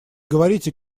говорите